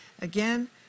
Again